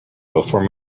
before